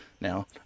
now